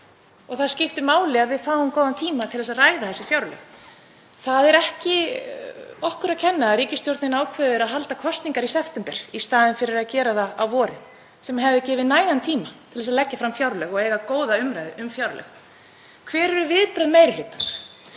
og það skiptir máli að við fáum góðan tíma til að ræða þau. Það er ekki okkur að kenna að ríkisstjórnin ákveður að halda kosningar í september í staðinn fyrir að gera það að vori sem hefði gefið nægan tíma til að leggja fram fjárlög og eiga góða umræðu um fjárlög. Hver eru viðbrögð meiri hlutans?